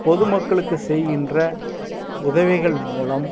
பொதுமக்களுக்கு செய்கின்ற உதவிகள் மூலம்